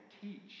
teach